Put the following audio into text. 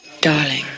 Darling